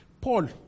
Paul